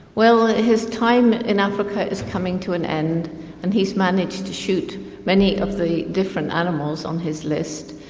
well, his time in africa is coming to an end and he's managed to shoot many of the different animals on his list,